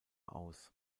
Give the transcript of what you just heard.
aus